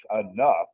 enough